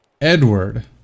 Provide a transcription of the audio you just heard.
Edward